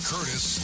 Curtis